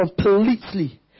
completely